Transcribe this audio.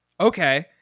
Okay